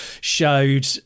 showed